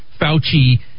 Fauci